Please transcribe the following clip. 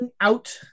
out